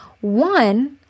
One